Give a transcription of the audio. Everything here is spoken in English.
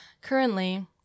Currently